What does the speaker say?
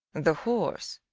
the horse,